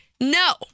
No